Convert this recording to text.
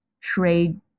trade